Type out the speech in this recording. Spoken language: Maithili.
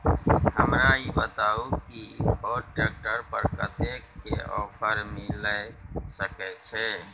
हमरा ई बताउ कि फोर्ड ट्रैक्टर पर कतेक के ऑफर मिलय सके छै?